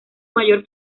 mayor